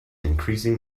increasing